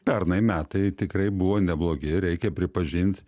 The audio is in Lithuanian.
pernai metai tikrai buvo neblogi reikia pripažint